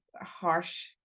harsh